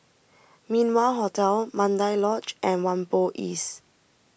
Min Wah Hotel Mandai Lodge and Whampoa East